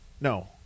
No